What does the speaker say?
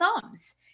thumbs